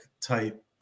type